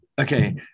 Okay